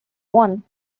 one